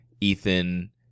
Ethan